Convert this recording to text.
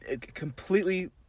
completely